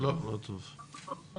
להשתתף